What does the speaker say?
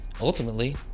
Ultimately